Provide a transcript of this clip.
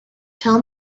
tell